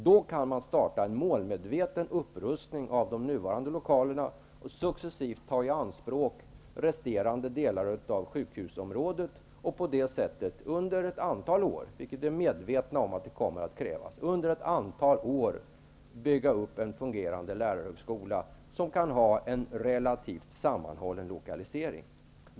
Man kan då starta en målmedveten upprustning av de nuvarande lokalerna och successivt ta i anspråk resterande delar av sjukhusområdet. På detta sätt kommer man under ett antal år, vilket vi är medvetna om kommer att krävas, att kunna bygga upp en fungerande lärarhögskola med en relativt sammmanhållen lokalisering.